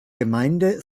gemeinde